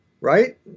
Right